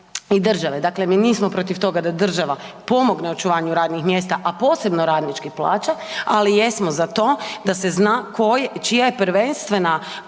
i države. Dakle, mi nismo protiv toga da država pomogne očuvanju radnih mjesta, a posebno radničkih plaća, ali jesmo za to da se zna čija je prvenstvena